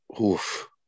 Oof